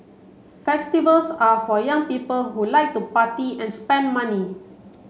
festivals are for young people who like to party and spend money